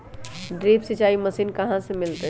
Drip सिंचाई machine कहाँ से मिलतै?